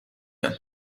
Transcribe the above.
یان